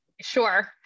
Sure